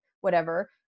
whatever-